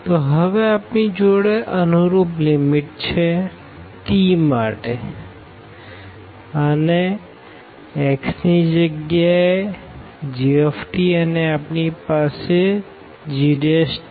તો હવે આપણી જોડે કરસપોનડીંગ લીમીટ છે t માટે અને x ની જગ્યા એ g અને આપણી પાસે છે gdt